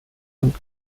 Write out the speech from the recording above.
und